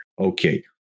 okay